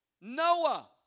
Noah